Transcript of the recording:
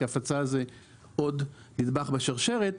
כי הפצה זה עוד נדבך בשרשרת,